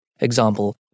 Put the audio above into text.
example